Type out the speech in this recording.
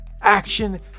action